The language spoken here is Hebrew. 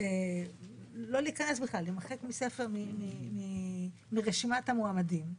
להימחק מרשימת המועמדים.